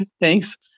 Thanks